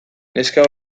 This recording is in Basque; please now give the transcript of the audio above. neska